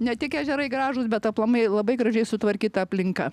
ne tik ežerai gražūs bet aplamai labai gražiai sutvarkyta aplinka